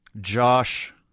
Josh